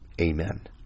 amen